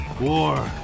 war